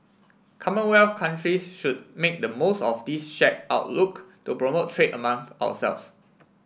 commonwealth countries should make the most of this shared outlook to promote trade among ourselves